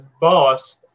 boss